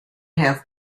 have